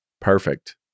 perfect